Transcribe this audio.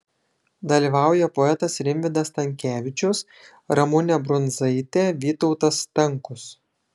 dalyvauja poetas rimvydas stankevičius ramunė brundzaitė vytautas stankus